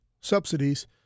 subsidies